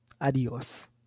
Adios